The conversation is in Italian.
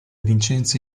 vincenzi